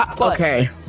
Okay